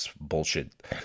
bullshit